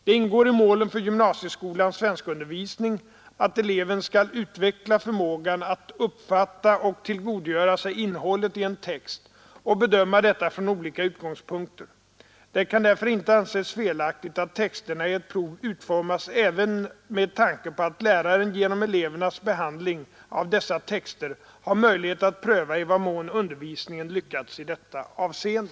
Det ingår i målen för gymnasieskolans svenskundervisning att eleven skall utveckla förmågan att uppfatta och tillgodogöra sig innehållet i en text och bedöma detta från olika synpunkter. Det kan därför inte anses felaktigt att texterna i ett prov utformas även med tanke på att läraren genom elevernas behandling av dessa texter har möjlighet att pröva i vad mån undervisningen lyckats i detta avseende.